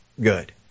good